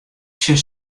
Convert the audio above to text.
sjoch